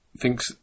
thinks